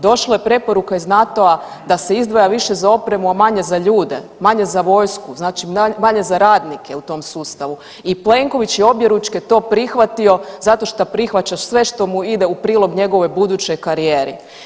Došla je preporuka iz NATO-a da se izdvaja više za opremu, a manje za ljude, manje za vojsku, znači manje za radnike u tom sustavu i Plenković je objeručke to prihvatio zato što prihvaća sve što mu ide u prilog njegovoj budućoj karijeri.